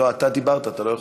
לא, אתה דיברת, אתה לא יכול.